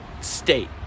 state